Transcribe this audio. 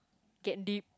get deep